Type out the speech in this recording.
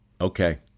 okay